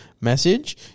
message